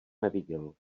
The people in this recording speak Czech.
neviděl